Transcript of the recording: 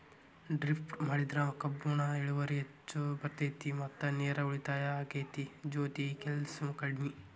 drip ಮಾಡಿದ್ರ ಕಬ್ಬುನ ಇಳುವರಿ ಹೆಚ್ಚ ಬರ್ತೈತಿ ಮತ್ತ ನೇರು ಉಳಿತಾಯ ಅಕೈತಿ ಜೊತಿಗೆ ಕೆಲ್ಸು ಕಡ್ಮಿ